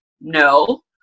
No